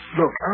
look